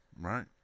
Right